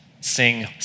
sing